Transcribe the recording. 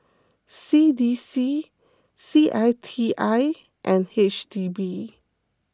C D C C I T I and H D B